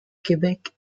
québec